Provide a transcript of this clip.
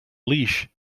leash